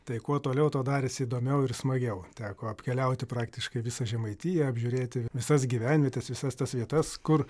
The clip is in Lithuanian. tai kuo toliau tuo darėsi įdomiau ir smagiau teko apkeliauti praktiškai visą žemaitiją apžiūrėti visas gyvenvietes visas tas vietas kur